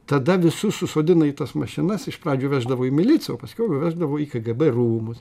tada visus susodina į tas mašinas iš pradžių veždavo į miliciją o paskiau jau veždavo į kgb rūmus